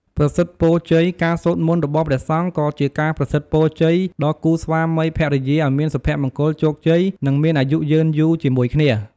ប្រសិទ្ធពរជ័យ ការសូត្រមន្តរបស់ព្រះសង្ឃក៏ជាការប្រសិទ្ធពរជ័យដល់គូស្វាមីភរិយាឱ្យមានសុភមង្គល ជោគជ័យ និងមានអាយុយឺនយូរជាមួយគ្នា។